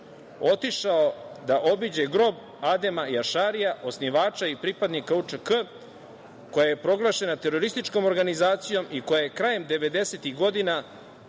otišao da obiđe grob Adema Jašarija, osnivača i pripadnika UČK, koja je proglašena terorističkom organizacijom i koja je krajem 90-ih godina,